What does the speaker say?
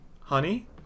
Honey